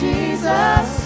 Jesus